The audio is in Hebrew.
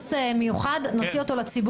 קורס מיוחד, נוציא אותו לציבור.